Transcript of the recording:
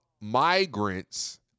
migrants